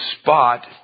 spot